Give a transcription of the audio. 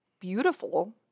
beautiful